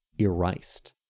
erased